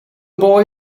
boy